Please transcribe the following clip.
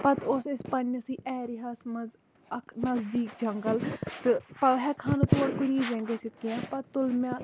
پَتہٕ اوس اَسہِ پَنٕنِسٕے ایریاہَس منٛز اکھ نَزدیٖک جنگَل تہٕ تَوے ہٮ۪کہٕ ہٮ۪نہٕ اور کِہیٖنۍ گٔژھتھ کیٚنہہ پَتہٕ تُل مےٚ